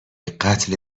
قتل